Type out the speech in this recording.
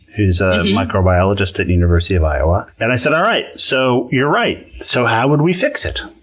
who's a microbiologist at university of iowa, and i said, all right! so you're right. so how would we fix it?